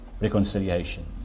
reconciliation